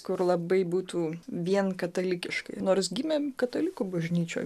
kur labai būtų vien katalikiškai nors gimėm katalikų bažnyčioj